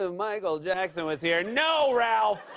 ah michael jackson was here no, ralph!